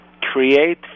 create